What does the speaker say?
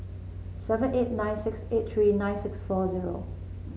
seven eight nine six eight three nine six four zero